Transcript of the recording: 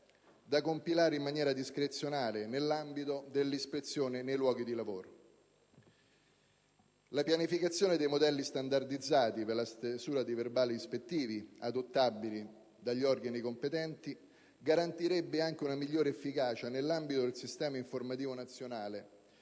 da compilare in maniera discrezionale nell'ambito dell'ispezione nei luoghi di lavoro. La pianificazione dei modelli standardizzati per la stesura di verbali ispettivi adottabili dagli organi competenti garantirebbe, quindi, anche una migliore efficacia nell'ambito del sistema informativo nazionale